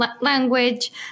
language